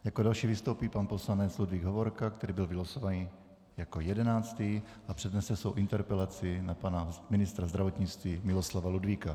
Jako další vystoupí pan poslanec Ludvík Hovorka, který byl vylosovaný jako jedenáctý a přednese svou interpelaci na pana ministra zdravotnictví Miloslava Ludvíka.